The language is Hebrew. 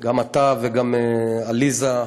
גם אתה וגם עליזה,